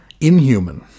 inhuman